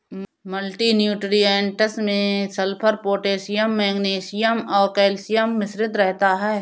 multi nutrients में sulphur, potassium magnesium और calcium मिश्रित रहता है